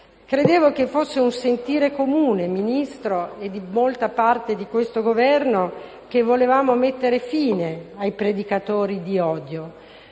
Credevo che fosse un sentire comune di molta parte di questo Governo la volontà di mettere fine ai predicatori di odio,